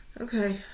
Okay